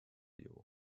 you